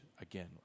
again